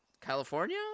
California